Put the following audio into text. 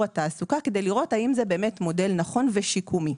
התעסוקה כדי לראות האם זה באמת מודל נכון ושיקומי.